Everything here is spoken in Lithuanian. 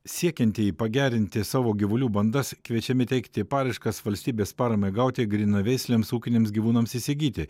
siekiantieji pagerinti savo gyvulių bandas kviečiami teikti paraiškas valstybės paramai gauti grynaveisliams ūkiniams gyvūnams įsigyti